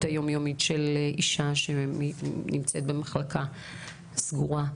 היום-יומית של אישה שנמצאת במחלקה סגורה.